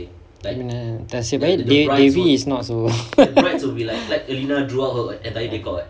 ya nasib baik dewi is not so